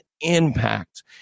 impact